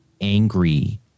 angry